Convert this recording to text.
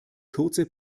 kurze